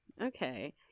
Okay